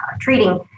treating